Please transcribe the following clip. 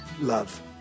Love